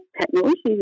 technology